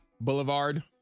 Boulevard